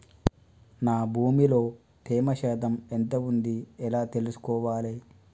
నా భూమి లో తేమ శాతం ఎంత ఉంది ఎలా తెలుసుకోవాలే?